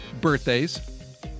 Birthdays